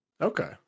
Okay